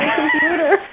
computer